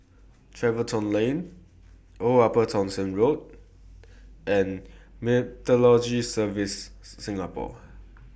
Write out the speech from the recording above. Tiverton Lane Old Upper Thomson Road and Meteorology Services Singapore